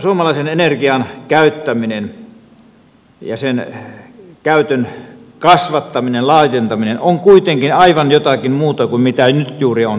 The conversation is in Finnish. suomalaisen energian käyttäminen ja sen käytön kasvattaminen laajentaminen on kuitenkin aivan jotakin muuta kuin mitä nyt juuri on tapahtumassa